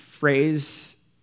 phrase